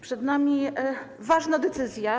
Przed nami ważna decyzja.